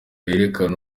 yerekana